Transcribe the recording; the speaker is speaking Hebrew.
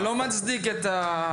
זה לא מצדיק את התופעה.